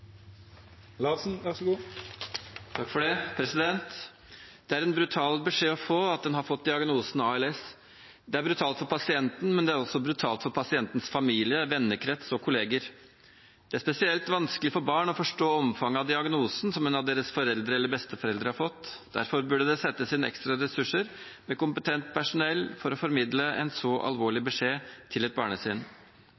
en brutal beskjed å få at en har fått diagnosen ALS. Det er brutalt for pasienten, men det er også brutalt for pasientens familie, vennekrets og kolleger. Det er spesielt vanskelig for barn å forstå omfanget av diagnosen som en av deres foreldre eller besteforeldre har fått. Derfor burde det settes inn ekstra ressurser med kompetent personell for å formidle en så alvorlig